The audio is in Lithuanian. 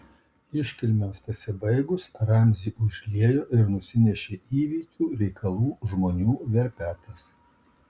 iškilmėms pasibaigus ramzį užliejo ir nusinešė įvykių reikalų žmonių verpetas